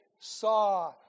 saw